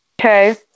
Okay